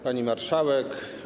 Pani Marszałek!